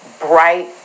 bright